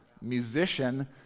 musician